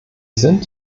sind